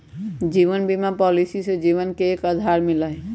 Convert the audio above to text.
जीवन बीमा पॉलिसी से जीवन के एक आधार मिला हई